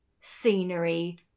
scenery